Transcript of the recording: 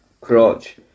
crotch